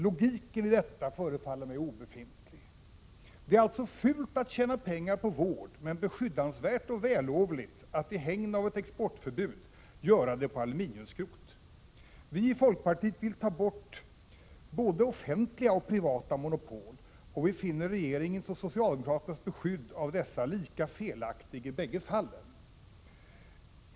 Logiken i detta förefaller mig obefintlig. Det är alltså fult att tjäna pengar på vård men beskyddansvärt och vällovligt att i hägn av ett förbud göra det på aluminiumskrot. Vi i folkpartiet vill ta bort både offentliga och privata monopol, och vi finner regeringens och socialdemokraternas beskydd av dessa lika felaktigt i bägge fallen.